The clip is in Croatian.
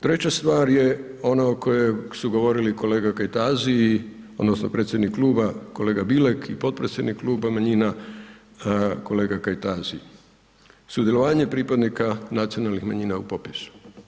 Treća stvar je ona o kojoj su govorili kolega Kajtazi odnosno predsjednik kluba kolega Bilek i potpredsjednik kluba manjina kolega Kajtazi, sudjelovanje pripadnika nacionalnih manjina u popisu.